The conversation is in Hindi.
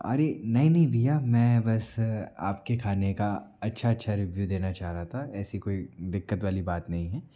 अरे नई नई भईया मैं बस आपके खाने का अच्छा अच्छा रिव्यू देना चाह रहा था ऐसी कोई दिक्कत वाली बात नई है